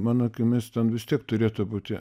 mano akimis ten vis tiek turėtų būti